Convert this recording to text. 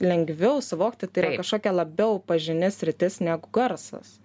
lengviau suvokti kožkokia labiau pažini sritis negu garsas